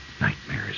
nightmares